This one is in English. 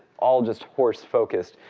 all just horse focused,